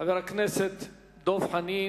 חבר הכנסת דב חנין,